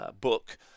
book